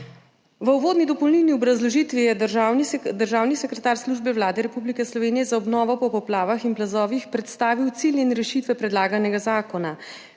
V uvodni dopolnilni obrazložitvi je državni sekretar Službe Vlade Republike Slovenije za obnovo po poplavah in plazovih predstavil cilje in rešitve predlaganega zakona.